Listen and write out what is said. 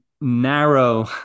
narrow